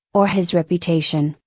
or his reputation,